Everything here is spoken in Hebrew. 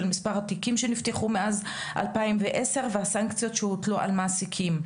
מספר התיקים שנפתחו מאז 2010 והסנקציות שהוטלו על מעסיקים.